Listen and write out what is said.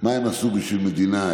מה עשו בשביל מדינה?